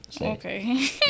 Okay